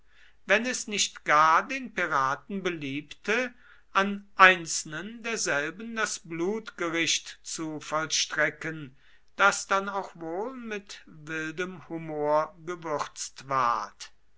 wenn es nicht gar den piraten beliebte an einzelnen derselben das blutgericht zu vollstrecken das dann auch wohl mit wildem humor gewürzt ward